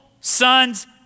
son's